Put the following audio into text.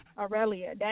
Aurelia